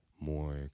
more